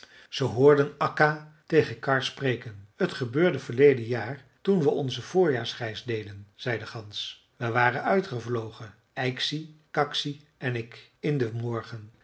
ze hoorden akka tegen karr spreken t gebeurde verleden jaar toen we onze voorjaarsreis deden zei de gans we waren uitgevlogen yksi kaksi en ik in den morgen